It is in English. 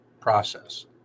process